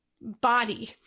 body